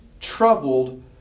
troubled